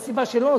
אין סיבה שלא,